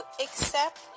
accept